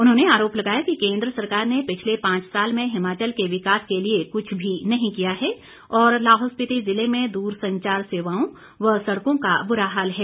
उन्होंने आरोप लगाया कि केन्द्र सरकार ने पिछले पांच साल में हिमाचल के विकास के लिए कुछ भी नहीं किया है और लाहौल स्पिति जिले में दूरसंचार सेवाओं व सड़कों को बुरा हाल है